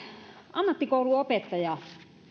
ammattikoulun opettaja